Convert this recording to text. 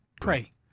Pray